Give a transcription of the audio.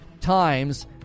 times